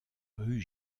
rue